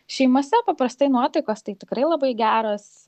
šeimose paprastai nuotaikos tai tikrai labai geros